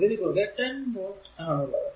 ഇതിനു കുറുകെ 10 വോൾട് ആണുള്ളത്